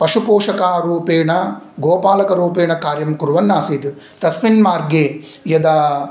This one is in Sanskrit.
पशुपोषकरूपेण गोपालकरूपेण कार्यं कुर्वन्नासीत् तस्मिन् मार्गे यदा